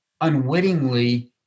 unwittingly